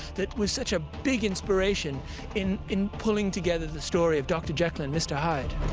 that was such a big inspiration in in pulling together the story of dr. jekyll and mr. hyde.